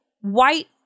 white